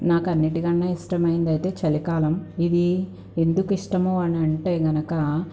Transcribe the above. నాకు అన్నిటికన్నా ఇష్టమైందైతే చలికాలం ఇది ఎందుకు ఇష్టము అని అంటే కనుక